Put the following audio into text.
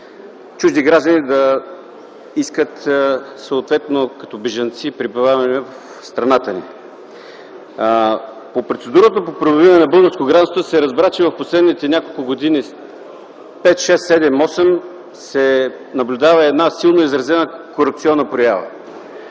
чужди граждани да искат съответно като бежанци пребиваване в страната ни. По процедурата за придобиване на българско гражданство се разбра, че в последните няколко години – пет, шест, седем, осем, се наблюдава силно изразена корупционна проява.